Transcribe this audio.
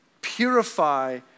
purify